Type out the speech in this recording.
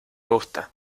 gusta